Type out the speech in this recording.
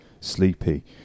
sleepy